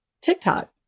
TikTok